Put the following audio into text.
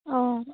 অঁ